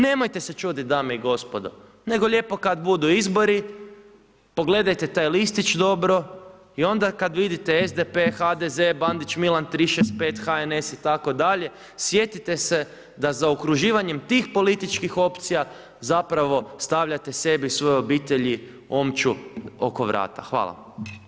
Nemojte se čuditi dame i gospodo, nego lijepo kad budu izbori pogledajte taj listić dobro i onda kad vidite SDP, HDZ, Bandić Milan 365, HNS itd. sjetite se da zaokruživanjem tih političkih opcija zapravo stavljate sebi i svojoj obitelji omču oko vrata.